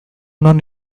non